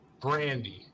Brandy